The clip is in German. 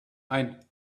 ein